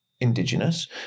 indigenous